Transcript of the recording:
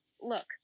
look